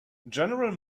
general